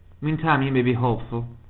meantime you may be hopeful,